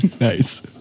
nice